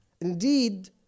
Indeed